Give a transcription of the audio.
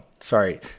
Sorry